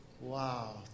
Wow